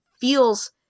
feels